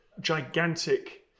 gigantic